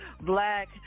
black